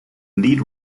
lead